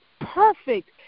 perfect